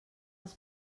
els